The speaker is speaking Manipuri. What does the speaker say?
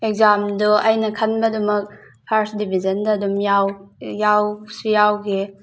ꯑꯦꯛꯖꯥꯝꯗꯣ ꯑꯩꯅ ꯈꯟꯕꯗꯨꯃꯛ ꯐꯥꯔꯁ ꯗꯤꯕꯤꯖꯟꯗ ꯑꯗꯨꯝ ꯌꯥꯎ ꯌꯥꯎꯁꯨ ꯌꯥꯎꯈꯤ